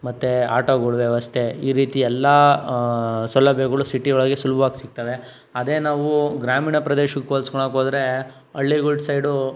ಮತ್ತೆ ಆಟೋಗಳ ವ್ಯವಸ್ಥೆ ಈ ರೀತಿ ಎಲ್ಲ ಸೌಲಭ್ಯಗಳು ಸಿಟಿಯೊಳಗೆ ಸುಲಭವಾಗಿ ಸಿಗ್ತವೆ ಅದೇ ನಾವು ಗ್ರಾಮೀಣ ಪ್ರದೇಶಕ್ಕೆ ಹೋಲ್ಸ್ಕೊಳೋಕ್ಕೋದ್ರೆ ಹಳ್ಳಿಗಳ ಸೈಡ್